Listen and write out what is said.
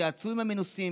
תתייעצו עם המנוסים